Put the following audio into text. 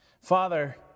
Father